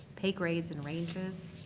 pay grades and ranges,